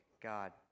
God